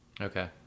Okay